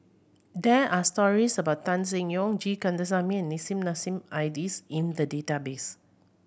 there are stories about Tan Seng Yong G Kandasamy and Nissim Nassim Adis in the database